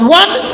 one